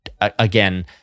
again